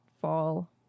fall